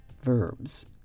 verbs